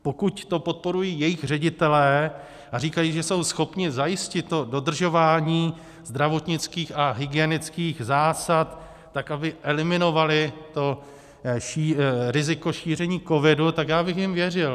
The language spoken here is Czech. Pokud to podporují jejich ředitelé a říkají, že jsou schopni zajistit dodržování zdravotnických a hygienických zásad tak, aby eliminovali riziko šíření covidu, tak já bych jim věřil.